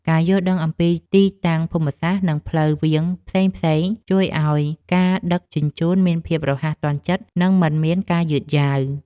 ការយល់ដឹងអំពីទីតាំងភូមិសាស្ត្រនិងផ្លូវវាងផ្សេងៗជួយឱ្យការដឹកជញ្ជូនមានភាពរហ័សទាន់ចិត្តនិងមិនមានការយឺតយ៉ាវ។